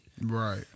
Right